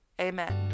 Amen